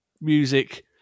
music